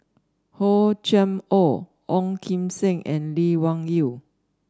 Hor Chim Or Ong Kim Seng and Lee Wung Yew